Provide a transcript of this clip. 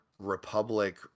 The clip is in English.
Republic